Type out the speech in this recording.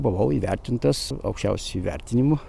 buvau įvertintas aukščiausiu įvertinimu